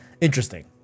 interesting